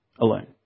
alone